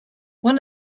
one